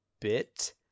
bit